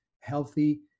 healthy